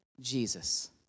Jesus